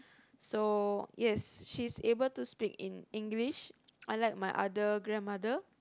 so yes she is able to speak in English unlike my other grandmother